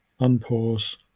unpause